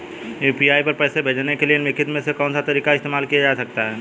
UPI पर पैसे भेजने के लिए निम्नलिखित में से कौन सा तरीका इस्तेमाल किया जा सकता है?